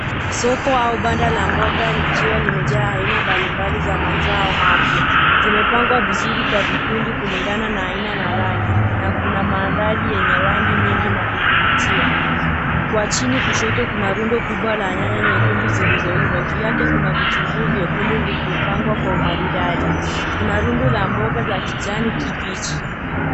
Soko au banda la mboga likiwa limejaa aina mbalimbali za mazao mapya, zimepangwa vizuri kwa vikundi kulingana na aina na rangi na kuna mandhari yenye rangi nyingi na kuvutia. Kwa chini kushoto kuna rundo kubwa la nyanya nyekundu zilizoiva, juu yake kuna vitunguu vyekundu vilivyopangwa kwa umaridadi. Kuna rundo la mboga la kijani kibichi.